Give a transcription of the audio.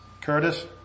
Curtis